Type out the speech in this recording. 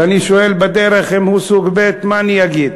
אני שואל בדרך, אם הוא סוג ב' מה אני אגיד?